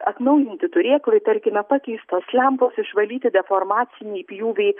atnaujinti turėklai tarkime pakeistos lempos išvalyti deformaciniai pjūviai